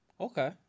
okay